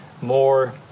more